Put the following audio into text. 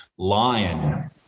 Lion